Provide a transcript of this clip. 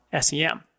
SEM